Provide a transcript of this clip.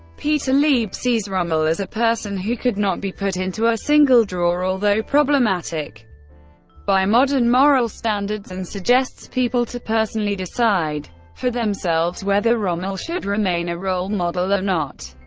peter lieb sees rommel as a person who could not be put into a single drawer, although problematic by modern moral standards, and suggests people to personally decide for themselves whether rommel should remain a role model or not.